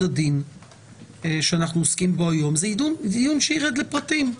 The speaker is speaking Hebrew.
עדין שאנחנו עוסקים בו היום זה דיון שירד לפרטים.